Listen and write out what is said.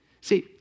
See